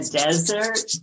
desert